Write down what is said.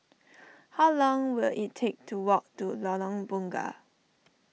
how long will it take to walk to Lorong Bunga